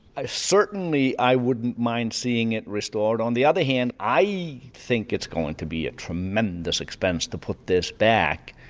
i certainly i wouldn't mind seeing it restored, on the other hand i think it's going to be a tremendous expense to put this back.